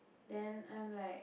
then I'm like